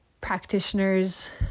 practitioners